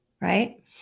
right